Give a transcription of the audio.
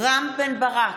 רם בן ברק,